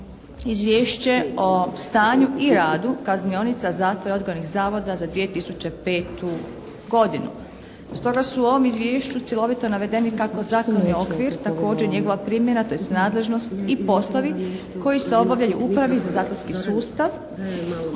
Izvješće o stanju i radu kaznionica, zatvora i odgojnih zavoda za 2005. godinu. Stoga su u ovom Izvješću cjelovito navedeni kako zakonodavni okvir također i njegova primjena, tj. nadležnost i poslovi koji se obavljaju u upravi za zakonski sustav